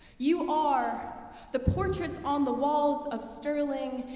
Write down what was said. you are the portraits on the walls of sterling,